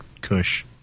Kush